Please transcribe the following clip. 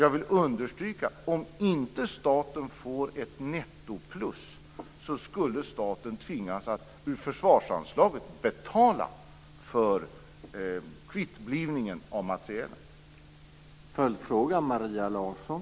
Jag vill alltså understryka att om inte staten får ett nettoplus skulle staten tvingas att ur försvarsanslaget betala för kvittblivning av materielen.